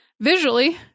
visually